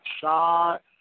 shot